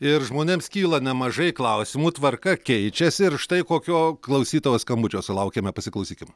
ir žmonėms kyla nemažai klausimų tvarka keičiasi ir štai kokio klausytojos skambučio sulaukėme pasiklausykim